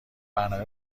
برنامه